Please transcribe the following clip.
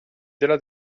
della